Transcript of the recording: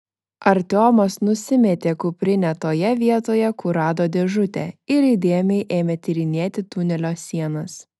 artiomas nusimetė kuprinę toje vietoje kur rado dėžutę ir įdėmiai ėmė tyrinėti tunelio sienas